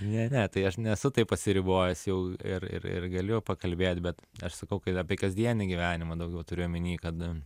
ne ne tai aš nesu taip atsiribojęs jau ir ir ir galiu pakalbėt bet aš sakau kad apie kasdienį gyvenimą daugiau turiu omeny kad